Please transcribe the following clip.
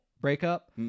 breakup